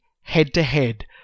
head-to-head